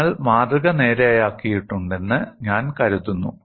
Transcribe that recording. നിങ്ങൾ മാതൃക നേരെയാക്കിയിട്ടുണ്ടെന്ന് ഞാൻ കരുതുന്നു